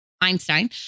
Einstein